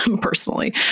personally